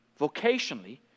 vocationally